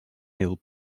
hill